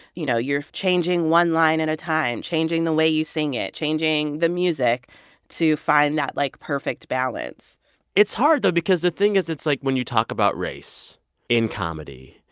you know, you're changing one line at a time, changing the way you sing it, changing the music to find that, like, perfect balance it's hard, though, because the thing is, it's, like, when you talk about race in comedy,